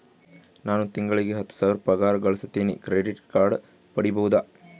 ನಾನು ತಿಂಗಳಿಗೆ ಹತ್ತು ಸಾವಿರ ಪಗಾರ ಗಳಸತಿನಿ ಕ್ರೆಡಿಟ್ ಕಾರ್ಡ್ ಪಡಿಬಹುದಾ?